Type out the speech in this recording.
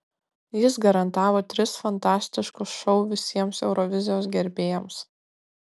jis garantavo tris fantastiškus šou visiems eurovizijos gerbėjams